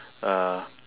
uh